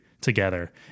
together